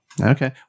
Okay